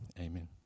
Amen